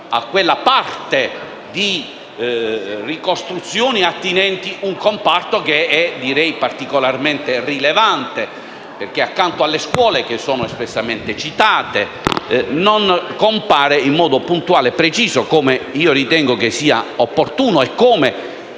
a quella parte di ricostruzioni attinenti a un comparto che è particolarmente rilevante. Accanto alle scuole, che sono espressamente citate, non compare in modo puntuale e preciso (come ritengo sia invece opportuno e come